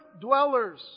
dwellers